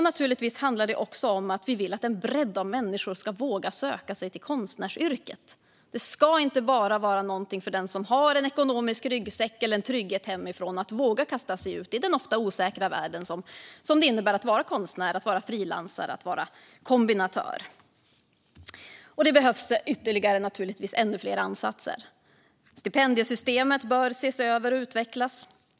Naturligtvis handlar det också om att vi vill att en bredd av människor ska våga söka sig till konstnärsyrket. Det ska inte bara vara den som har en ekonomisk ryggsäck eller en trygghet hemifrån som ska våga kasta sig ut i den ofta osäkra värld som det innebär att vara konstnär, frilansare eller kombinatör. Det behövs naturligtvis ännu fler insatser. Stipendiesystemet bör ses över och utvecklas.